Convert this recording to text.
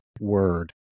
word